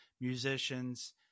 musicians